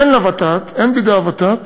אין בידי הוות"ת